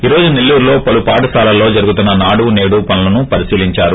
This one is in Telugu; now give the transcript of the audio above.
ఈ రోజు సెల్లూరులో పలు పాఠశాలల్లో జరుగుతున్న నాడు నేడు పనులను పరిశీలించారు